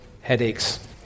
headaches